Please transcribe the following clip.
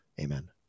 Amen